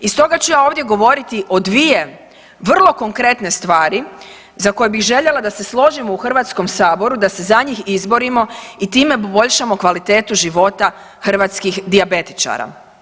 I stoga ću ja ovdje govoriti o dvije vrlo konkretne stvari za koje bih željela da se složimo u Hrvatskom saboru, da se za njih izborimo i time poboljšamo kvalitetu života hrvatskih dijabetičara.